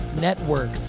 network